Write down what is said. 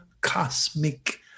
cosmic